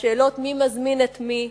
לשאלות מי מזמין את מי,